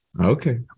Okay